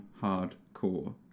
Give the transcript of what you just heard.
hardcore